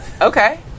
Okay